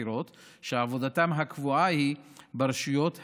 הבחירות שעבודתם הקבועה היא ברשויות הציבוריות.